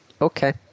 Okay